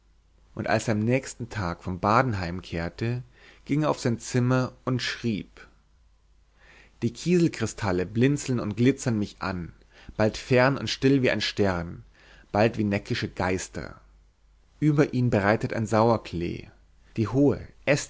und als er am nächsten tag vom bade heimkehrte ging er auf sein zimmer und schrieb die kieselkristalle blinzeln und glitzern mich an bald fern und still wie ein stern bald wie neckische geister über ihnen breitet ein sauerklee die hohe